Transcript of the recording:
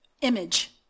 image